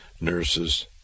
nurses